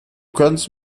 kannst